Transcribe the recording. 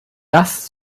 das